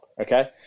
Okay